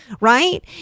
right